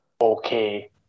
okay